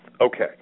Okay